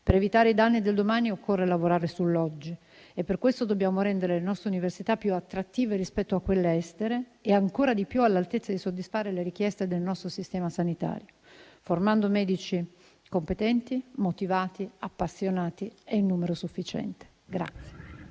Per evitare i danni del domani occorre lavorare sull'oggi e per questo dobbiamo rendere le nostre università più attrattive rispetto a quelle estere e ancora di più all'altezza di soddisfare le richieste del nostro sistema sanitario, formando medici competenti, motivati, appassionati e in numero sufficiente.